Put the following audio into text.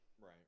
Right